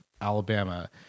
Alabama